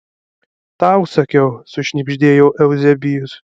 tau sakiau sušnibždėjo euzebijus